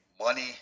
money